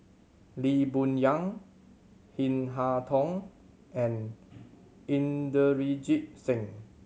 Lee Boon Yang Chin Harn Tong and Inderjit Singh